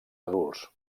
adults